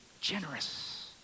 generous